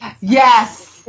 Yes